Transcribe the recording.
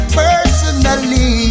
personally